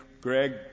Greg